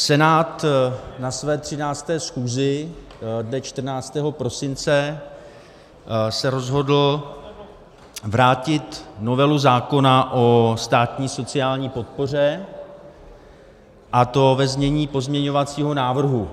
Senát se na své 13. schůzi dne 14. prosince rozhodl vrátit novelu zákona o státní sociální podpoře, a to ve znění pozměňovacího návrhu.